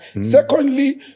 Secondly